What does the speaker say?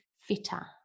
fitter